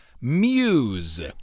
muse